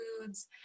foods